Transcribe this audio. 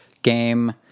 game